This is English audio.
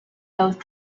both